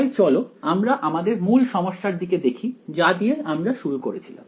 তাই চলো আমরা আমাদের মূল সমস্যার দিকে দেখি যা দিয়ে আমরা শুরু করেছিলাম